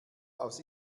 aus